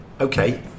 okay